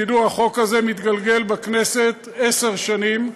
תדעו, החוק הזה מתגלגל בכנסת עשר שנים,